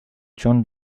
john